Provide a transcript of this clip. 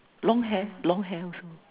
long hair long hair